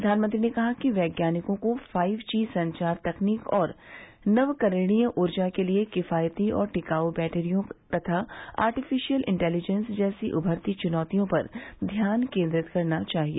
प्रधानमंत्री ने कहा कि वैज्ञानिकों को फाइव जी संचार तकनीक और नवीकरणीय ऊर्जा के लिए किफायती और टिकाऊ बैटरियों तथा आर्टिफिशियल इंटेलिजेंस जैसी उभरती चुनौतियों पर ध्यान केन्द्रित करना चाहिए